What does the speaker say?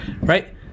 right